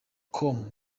com